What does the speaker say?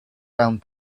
round